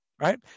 Right